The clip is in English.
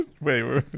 Wait